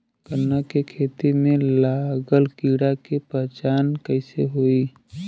गन्ना के खेती में लागल कीड़ा के पहचान कैसे होयी?